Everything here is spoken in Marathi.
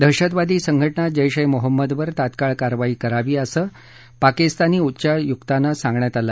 दहशतवादी संघटना जैश ए मोहम्मदवर तात्काळ कारवाई करावी असं पाकिस्तानी उच्चायुकांना सांगण्यात आलं